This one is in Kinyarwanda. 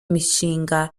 imishinga